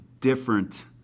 different